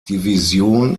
division